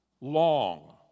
long